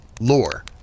lore